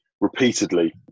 repeatedly